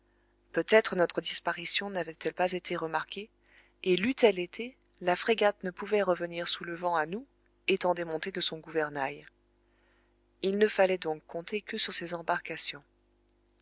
peut-être notre disparition n'avait-elle pas été remarquée et leût elle été la frégate ne pouvait revenir sous le vent à nous étant démontée de son gouvernail il ne fallait donc compter que sur ses embarcations